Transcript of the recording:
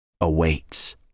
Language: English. Awaits